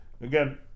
Again